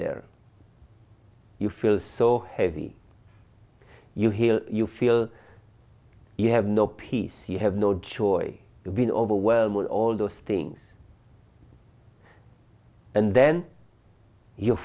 there you feel so heavy you heal you feel you have no peace you have no choice when overwhelmed with all those things and then your